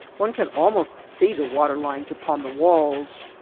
one can almost see the water-lines upon the walls.